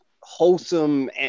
wholesome